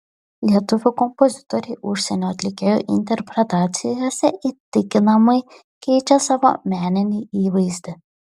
lietuvių kompozitoriai užsienio atlikėjų interpretacijose įtikinamai keičia savo meninį įvaizdį